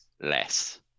less